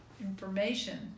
information